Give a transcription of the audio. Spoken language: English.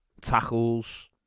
tackles